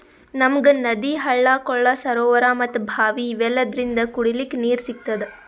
ನಮ್ಗ್ ನದಿ ಹಳ್ಳ ಕೊಳ್ಳ ಸರೋವರಾ ಮತ್ತ್ ಭಾವಿ ಇವೆಲ್ಲದ್ರಿಂದ್ ಕುಡಿಲಿಕ್ಕ್ ನೀರ್ ಸಿಗ್ತದ